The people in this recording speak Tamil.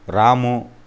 ராமு